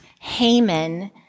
Haman